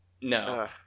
No